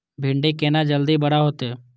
भिंडी केना जल्दी बड़ा होते?